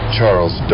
Charles